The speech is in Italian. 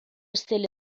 stelle